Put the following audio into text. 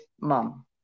mom